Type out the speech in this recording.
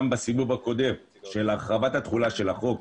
גם בסיבוב הקודם של הרחבת התחולה של החוק,